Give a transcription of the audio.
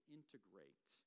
integrate